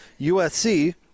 USC